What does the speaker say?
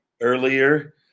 earlier